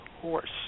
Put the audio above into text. horse